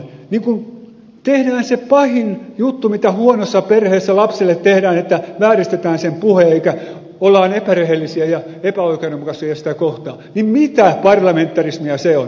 mutta kun tehdään se pahin juttu mitä huonossa perheessä lapsille tehdään että vääristetään heidän puheensa ollaan epärehellisiä ja epäoikeudenmukaisia heitä kohtaan niin mitä parlamentarismia se on